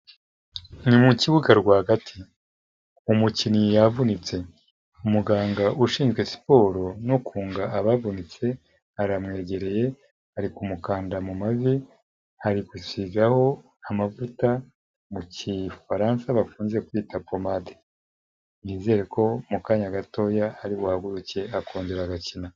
Mu kibuga rwagati, umukinnyi yavunitse umuganga ushinzwe siporo no kunga abavunitse aramwegereye ari kumukanda mu mavi ari gusgaho amavuta mu gifaransa bakunze kwita pomade, nizere ko mu kanya gatoya ari buhaguruke akongera agakina.